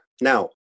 Now